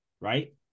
right